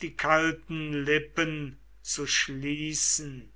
die kalten lippen zu schließen